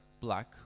black